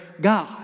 God